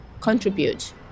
contribute